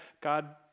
God